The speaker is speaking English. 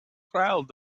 crowd